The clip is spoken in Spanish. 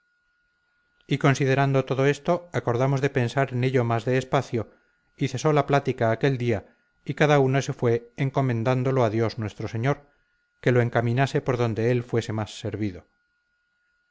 y considerando todo esto acordamos de pensar en ello más de espacio y cesó la plática aquel día y cada uno se fue encomendándolo a dios nuestro señor que lo encaminase por donde él fuese más servido